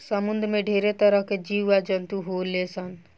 समुंद्र में ढेरे तरह के जीव आ जंतु होले सन